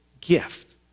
gift